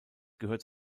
gehört